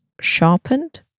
sharpened